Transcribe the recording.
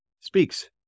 speaks